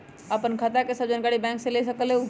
आपन खाता के सब जानकारी बैंक से ले सकेलु?